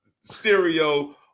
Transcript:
stereo